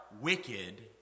wicked